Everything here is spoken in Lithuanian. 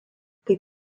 kaip